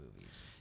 movies